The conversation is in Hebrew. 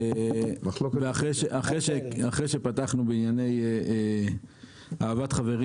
אחרי שפתחנו בענייני אהבת חברים.